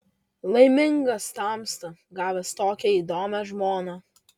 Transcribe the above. laimingas tamsta gavęs tokią įdomią žmoną